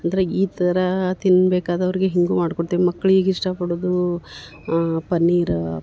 ಅಂದರೆ ಈ ಥರ ತಿನ್ಬೇಕಾದವರಿಗೆ ಹೀಗೂ ಮಾಡ್ಕೊಡ್ತೀವಿ ಮಕ್ಳಿಗೆ ಇಷ್ಟ ಪಡುದೂ ಪನ್ನೀರು